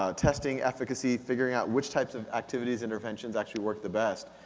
um testing efficacy, figuring out which types of activities, interventions actually work the best.